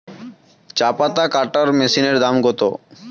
চাপাতা কাটর মেশিনের দাম কত?